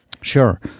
Sure